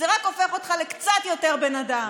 זה רק הופך אותך לקצת יותר בן אדם.